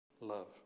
love